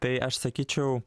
tai aš sakyčiau